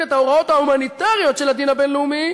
את ההוראות ההומניטריות של הדין הבין-לאומי